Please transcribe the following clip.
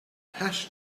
hash